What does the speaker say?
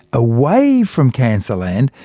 away from cancer land,